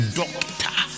doctor